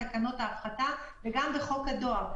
ובחוק הדואר,